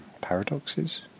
paradoxes